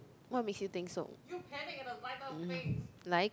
what makes you think so like